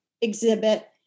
exhibit